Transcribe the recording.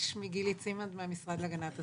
שמי גילי צימנד, מהמשרד להגנת הסביבה.